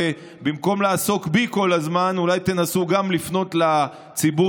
ובמקום לעסוק בי כל הזמן אולי תנסו גם לפנות לציבור